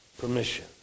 permission